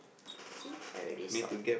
see I already sort